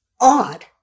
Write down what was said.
odd